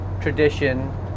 tradition